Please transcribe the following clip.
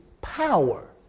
power